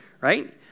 right